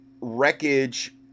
wreckage